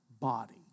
Body